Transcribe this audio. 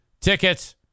Tickets